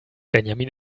benjamin